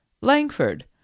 Langford